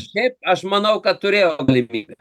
šiaip aš manau kad turėjo galimybę